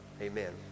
amen